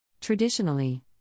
Traditionally